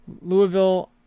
Louisville